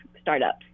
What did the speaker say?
startups